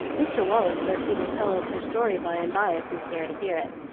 mr. wallace says he will tell us her story by-and-by if we care to hear it.